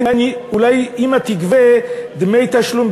אולי אימא תגבה דמי תשלום,